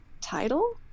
title